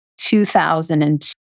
2002